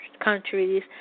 countries